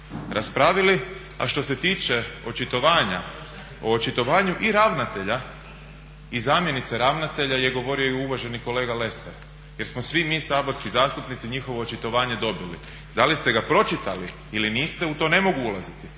a što se tiče očitovanja, o očitovanju i ravnatelja i zamjenice ravnatelja je govorio i uvaženi kolega Lesar jer smo svi mi saborski zastupnici njihovo očitovanje dobili. Da li ste ga pročitali ili niste u to ne mogu ulaziti,